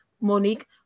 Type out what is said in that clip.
Monique